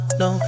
no